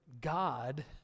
God